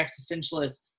existentialist